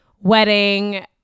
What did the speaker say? wedding